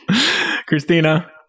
christina